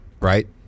right